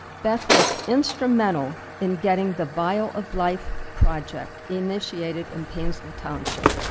beth was instrumental in getting the vial of life project initiated in painesville township.